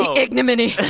ignominy